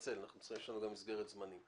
אני מתנצל, יש לנו מסגרת זמנים.